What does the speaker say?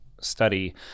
study